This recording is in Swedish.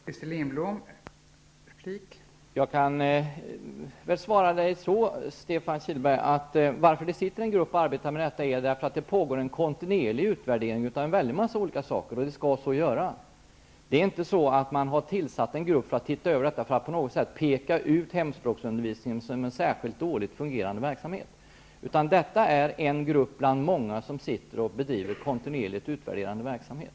Fru talman! Jag kan svara Stefan Kihlberg så, att det sitter en grupp och arbetar med detta därför att det pågår en kontinuerlig utvärdering av en väldig massa olika saker, och det skall så vara. Man har inte tillsatt en grupp för att peka ut hemspråksundervisningen som en särskilt dåligt fungerande verksamhet, utan detta är en grupp bland många som bedriver kontinuerligt utvärderande verksamhet.